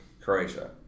Croatia